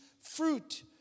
fruit